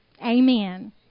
amen